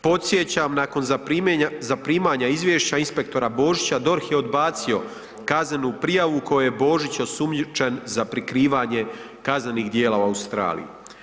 Podsjećam, nakon zaprimanja izvješća inspektora Božića, DORH je odbacio kaznenu prijavu, u kojoj je Božić osumnjičen za prikrivanje kaznenih djela u Australiji.